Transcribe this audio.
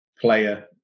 player